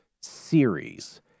series